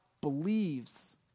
believes